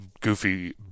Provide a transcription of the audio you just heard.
goofy